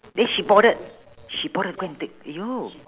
then she bothered she bothered to go and take !aiyo!